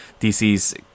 DC's